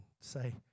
say